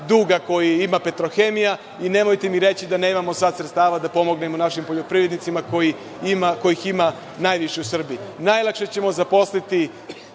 duga koji ima Petrohemija.I nemojte mi reći da nemamo sad sredstava da pomognemo našim poljoprivrednicima kojih ima najviše u Srbiji.